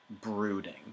brooding